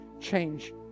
change